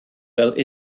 fel